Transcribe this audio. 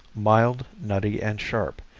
mild, nutty and sharp,